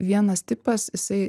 vienas tipas jisai